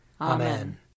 Amen